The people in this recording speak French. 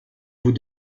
vous